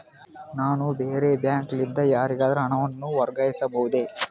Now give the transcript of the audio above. ನಾನು ಬೇರೆ ಬ್ಯಾಂಕ್ ಲಿಂದ ಯಾರಿಗಾದರೂ ಹಣವನ್ನು ವರ್ಗಾಯಿಸಬಹುದೇ?